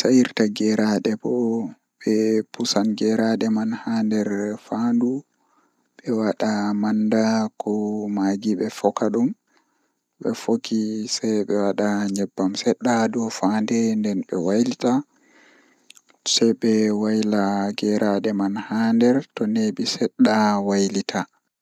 saafaraaji, e feere baasal sooyre e puccu ɗoo njondii e saafaraaji. Ko ɓurɗe noon njeyaa e jantere saafaraaji ɗuum.